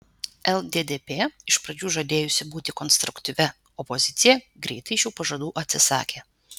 lddp iš pradžių žadėjusi būti konstruktyvia opozicija greitai šių pažadų atsisakė